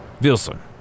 Wilson